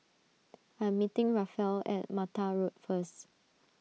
I'm meeting Rafael at Mattar Road first